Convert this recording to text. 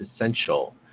essential